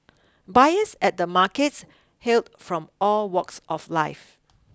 buyers at the markets hailed from all walks of life